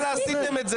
מתי עשינו?